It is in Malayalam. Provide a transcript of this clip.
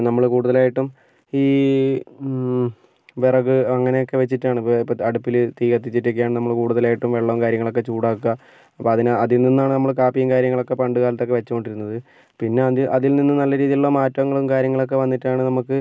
നമ്മൾ കൂടുതലായിട്ടും ഈ വിറക് അങ്ങനെയൊക്കെ വെച്ചിട്ടാണിപ്പോൾ അടുപ്പിൽ തീ കത്തിച്ചിട്ടൊക്കെയാണ് നമ്മൾ കൂടുതലായിട്ട് വെള്ളവും കാര്യങ്ങളൊക്കെ ചൂടാക്കുക അപ്പം അതിന് അതിൽ നിന്നാണ് നമ്മൾ കാപ്പിയും കാര്യങ്ങളൊക്കെ പണ്ട് കാലത്തൊക്കെ വെച്ചു കൊണ്ടിരുന്നത് പിന്നെ അതി അതിൽ നിന്നും നല്ല രീതിയിലുള്ള മാറ്റങ്ങളും കാര്യങ്ങളൊക്കെ വന്നിട്ടാണ് നമുക്ക്